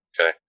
Okay